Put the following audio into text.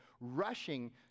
rushing